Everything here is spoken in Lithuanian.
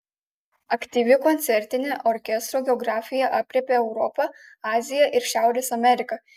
aktyvi koncertinė orkestro geografija aprėpia europą aziją ir šiaurės ameriką